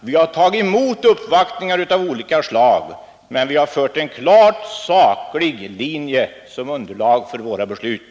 Vi har tagit emot uppvaktningar av olika slag, men vi har haft en klart saklig linje som underlag för våra beslut.